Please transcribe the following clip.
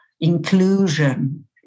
inclusion